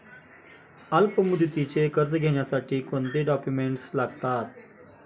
अल्पमुदतीचे कर्ज घेण्यासाठी कोणते डॉक्युमेंट्स लागतात?